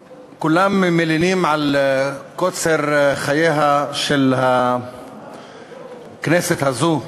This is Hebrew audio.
תודה, כולם מלינים על קוצר חייה של הכנסת הזאת,